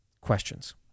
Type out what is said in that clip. questions